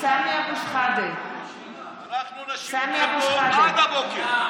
אנחנו נשב פה עד הבוקר.